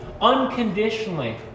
unconditionally